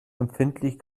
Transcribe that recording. empfindlich